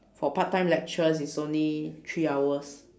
for part time lectures it's only three hours